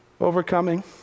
overcoming